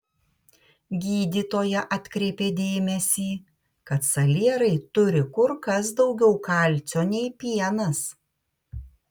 gydytoja atkreipė dėmesį kad salierai turi kur kas daugiau kalcio nei pienas